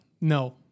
No